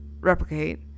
replicate